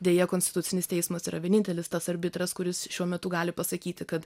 deja konstitucinis teismas yra vienintelis tas arbitras kuris šiuo metu gali pasakyti kad